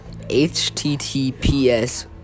HTTPS